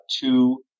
two